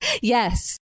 yes